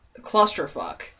clusterfuck